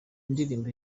indirimbo